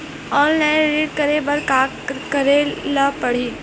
Online ऋण करे बर का करे ल पड़हि?